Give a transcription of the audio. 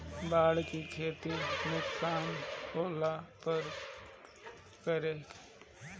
बाढ़ से खेती नुकसान होखे पर का करे?